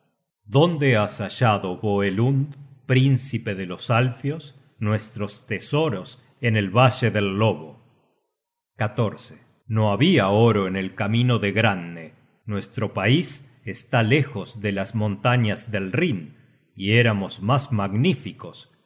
dónde has hallado voelund príncipe de los alfios nuestros tesoros en el valle del lobo no habia oro en el camino degranne nuestro pais está lejos de las montañas del rhin y éramos mas magníficos